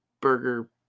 Burger